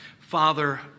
Father